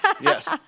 yes